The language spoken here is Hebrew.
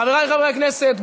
חברי חברי הכנסת,